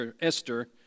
Esther